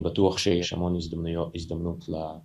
‫בטוח שיש המון הזדמנות ל...